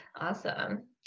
Awesome